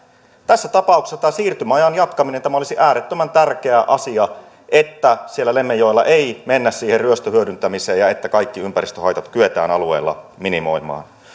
tässä tapauksessa tämä siirtymäajan jatkaminen olisi äärettömän tärkeä asia että siellä lemmenjoella ei mennä siihen ryöstöhyödyntämiseen ja että kaikki ympäristöhaitat kyetään alueella minimoimaan